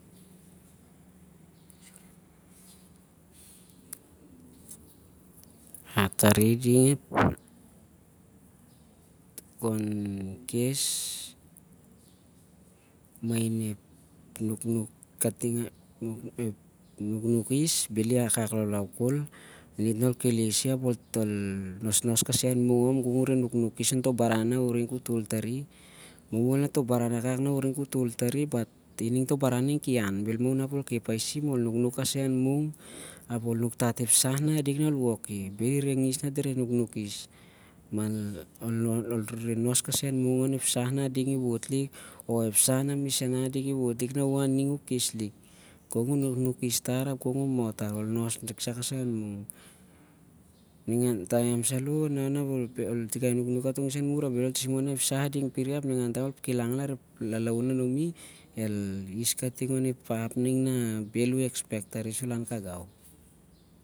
Ah- tari ep nunuk is bhel iwakak laulau khol, inos nah ol keles i- ap ol nos kasai arimung, gong u- reh nuk pas toh baran uring nah u- tol tari bhel iwakak, mah ol nuknuk ap ol nos ap ol nuk tat ep sah nah ading ol woki ol nos kasai an mung onep sah nah misana a ding iwo't lik gong u nuknuk is- tar ap gong u moh tar, mah ol nos, nuknuk ap ol laun kasai an mung.